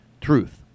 Truth